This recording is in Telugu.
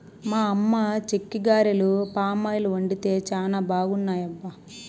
మా అమ్మ చెక్కిగారెలు పామాయిల్ వండితే చానా బాగున్నాయబ్బా